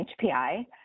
HPI